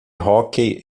hóquei